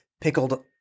pickled